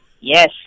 Yes